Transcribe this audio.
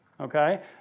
okay